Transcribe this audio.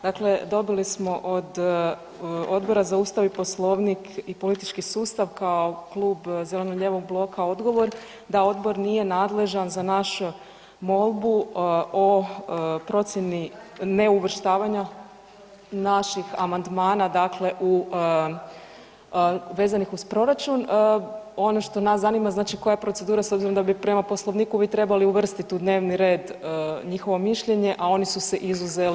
Dakle dobili smo od Odbora za Ustav, Poslovnik i politički sustav kao klub zeleno-lijevog bloka odgovor da odbor nije nadležan za našu molbu o procjeni neuvrštavanja naših amandmana vezanih uz proračun Ono što nas zanima koja je procedura s obzirom da bi prema Poslovniku bi trebali uvrstiti u dnevni red njihovo mišljenje, a oni su se izuzeli.